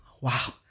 wow